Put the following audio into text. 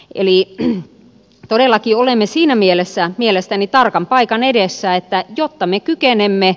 eli todellakin olemme siinä mielessä mielestäni tarkan paikan edessä että jotta me kykenemme